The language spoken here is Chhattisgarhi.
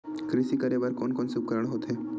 कृषि करेबर कोन कौन से उपकरण होथे?